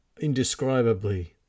indescribably